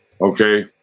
Okay